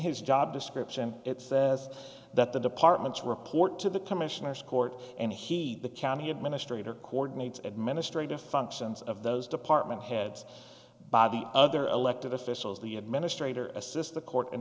his job description it says that the departments report to the commissioners court and he the county administrator coordinates administrative functions of those department heads by the other elected officials the administrator assist the court